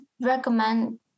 recommend